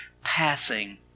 passing